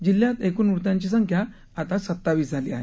जिल्ह्यात एकूण मृतांची संख्या आता सत्तावीस झाली आहे